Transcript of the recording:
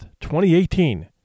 2018